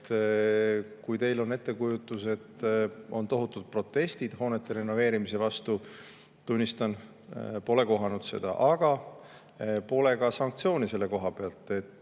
Kui teil on ettekujutus, et on tohutud protestid hoonete renoveerimise vastu – tunnistan, pole kohanud seda, aga pole ka sanktsioone selle koha pealt.